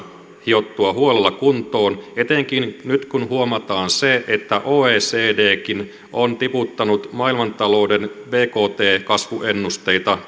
hiottua huolella kuntoon etenkin nyt kun huomataan se että oecdkin on tiputtanut maailmantalouden bkt kasvuennusteita